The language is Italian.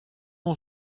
non